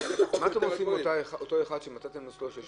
מה אתם עושים עם אותו אחד שמצאתם שיש